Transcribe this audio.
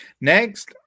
Next